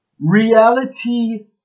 reality